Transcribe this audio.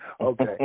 Okay